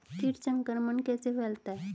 कीट संक्रमण कैसे फैलता है?